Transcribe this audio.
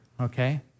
okay